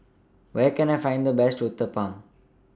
Where Can I Find The Best Uthapam